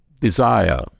desire